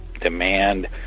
demand